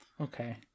okay